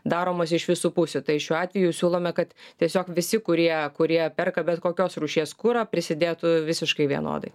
daromos iš visų pusių tai šiuo atveju siūlome kad tiesiog visi kurie kurie perka bet kokios rūšies kurą prisidėtų visiškai vienodai